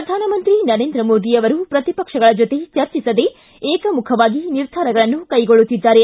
ಪ್ರಧಾನಮಂತ್ರಿ ನರೇಂದ್ರ ಮೋದಿಯವರು ಪ್ರತಿಪಕ್ಷಗಳ ಜೊತೆ ಚರ್ಚಿಸದೇ ಏಕಮುಖವಾಗಿ ನಿರ್ಧಾರಗಳನ್ನು ಕೈಗೊಳ್ಳುತ್ತಿದ್ದಾರೆ